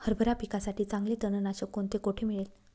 हरभरा पिकासाठी चांगले तणनाशक कोणते, कोठे मिळेल?